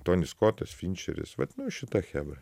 tonis skotas finčeris va nu šita chebra